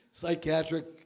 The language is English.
psychiatric